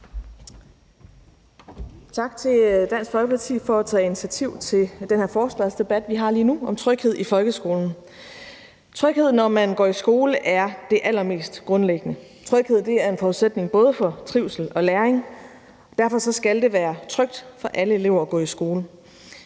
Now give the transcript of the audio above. Tak til Dansk Folkeparti for at tage initiativ til den her forespørgselsdebat, vi har lige nu, om tryghed i folkeskolen. Tryghed, når man går i skole, er det allermest grundlæggende. Tryghed er en forudsætning både for trivsel og læring. Derfor skal det være trygt for alle elever at gå i skole.